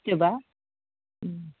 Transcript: फिथोबा ओम